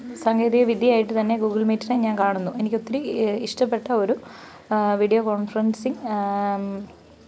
സാങ്കേതികവിദ്യയായിട്ട് തന്നെ ഗൂഗിള് മീറ്റിനെ ഞാന് കാണുന്നു എനിക്കൊത്തിരി ഇഷ്ടപ്പെട്ട ഒരു വീഡിയോ കോണ്ഫെറന്സിംഗ്